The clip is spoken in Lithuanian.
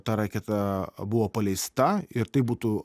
ta raketa buvo paleista ir tai būtų